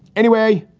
anyway,